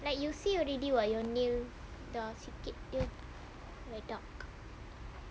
like you say already [what] your nail dah sikit jer like dark